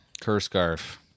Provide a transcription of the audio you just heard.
Cur-scarf